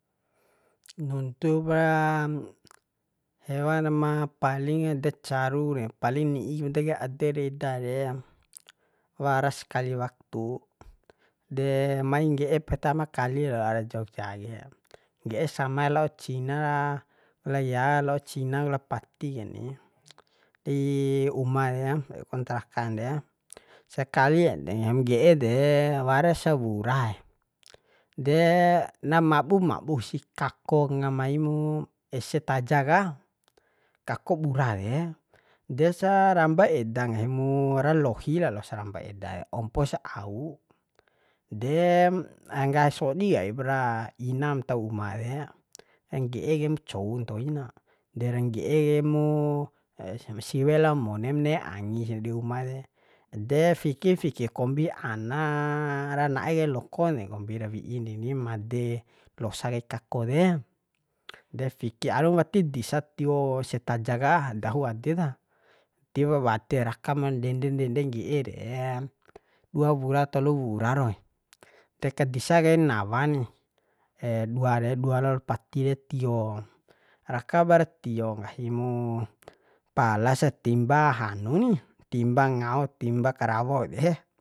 nuntup ra hewan ma paling da caru re palin ni'i poda kai ade eda re waras kali waktu de mai ngge'e petama kali ro ara jogja ke ngge'e samar lao cina ra la ya la'o cina ku la pati ede dei uma de kontrakan re sakali ede nggahim ngge'e de waras sawuraee de na mabu mabu sih kako ngamai mu ese taja ka kako bura de de sa ramba eda nggahi mu ra lohi lalo saramba eda ampos au de ngga sodi kaipra ina ma ntau de ngge'e kaim cou ntoi na de rangge'e kaimu siwe lao monem ne'e angi si di uma de ede wiki wiki kombi ana ra na'e kai lokon de kombi ra wi'in deni made losa kai kakko de de fiki alum wati disak tio se taja ka dahu ade ta tiwu bade rakam ndende ngge'e re dua wura tolu wura roee de ka disa kai nawa ni dua re dua laol pati de tio raka bara tio nggahi mu palasa timba hanu ni timba ngao timba karawo de